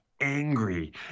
angry